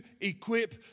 equip